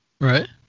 Right